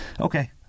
okay